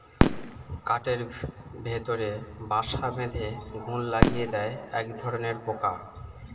কাঠের ভেতরে বাসা বেঁধে ঘুন লাগিয়ে দেয় একধরনের পোকা